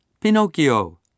Pinocchio